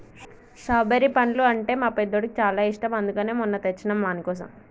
strawberry పండ్లు అంటే మా పెద్దోడికి చాలా ఇష్టం అందుకనే మొన్న తెచ్చినం వానికోసం